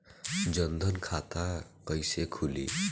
जनधन खाता कइसे खुली?